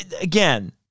again